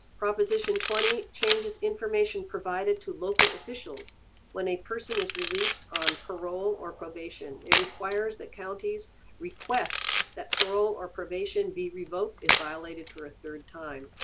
proposition twenty changes information provided to local officials when a person is released on parole or probation. it requires that counties request that parole or probation be revoked is violated for a third time.